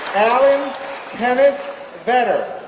alan kenneth vedder,